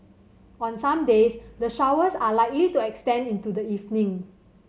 on some days the showers are likely to extend into the evening